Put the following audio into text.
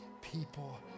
People